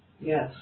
Yes